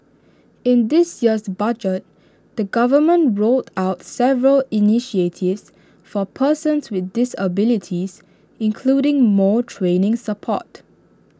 in this year's budget the government rolled out several initiatives for persons with disabilities including more training support